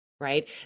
right